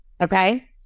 okay